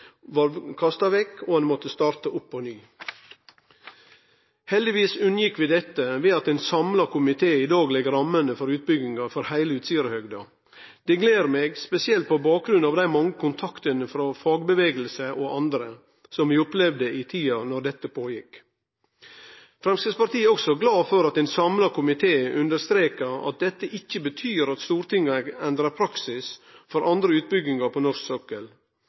var kasta vekk, og at ein måtte starte opp på ny. Heldigvis unngjekk vi dette ved at ein samla komité i dag legg rammene for utbygginga av heile Utsirahøgda. Det gler meg, spesielt på bakgrunn av dei mange kontaktane frå fagrørsle og andre som vi opplevde i den tida dette gjekk føre seg. Framstegspartiet er også glad for at ein samla komité understrekar at dette ikkje betyr at Stortinget endrar praksis for andre utbyggingar på norsk